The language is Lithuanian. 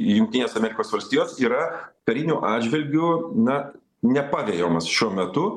jungtinės amerikos valstijos yra kariniu atžvilgiu na nepavejamos šiuo metu